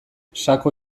sako